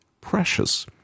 Precious